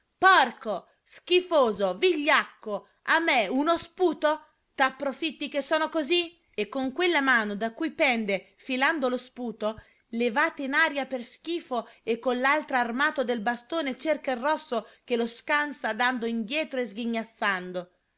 porco schifoso vigliacco a me uno sputo t'approfitti che sono così e con quella mano da cui pende filando lo sputo levata in aria per schifo e con l'altra armata del bastone cerca il rosso che lo scansa dando indietro e sghignazzando